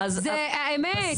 זו האמת,